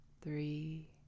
three